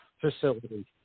Facility